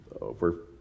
over